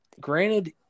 Granted